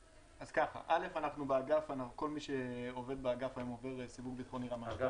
כל מי שעובד היום באגף עובר סיווג ביטחוני רמה 2. אגף